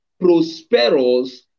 prosperous